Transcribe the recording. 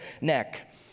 neck